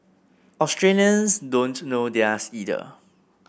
Australians don't know theirs either